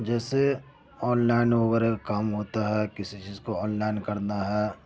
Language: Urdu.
جیسے آنلائن وغیرہ کا کام ہوتا ہے کسی چیز کو آنلائن کرنا ہے